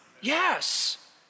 Yes